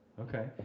okay